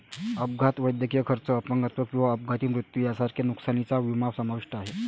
अपघात, वैद्यकीय खर्च, अपंगत्व किंवा अपघाती मृत्यू यांसारख्या नुकसानीचा विमा समाविष्ट आहे